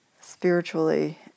spiritually